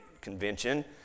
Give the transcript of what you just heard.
convention